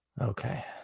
Okay